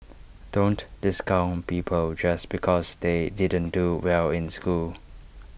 don't discount people just because they didn't do well in school